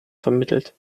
vermittelt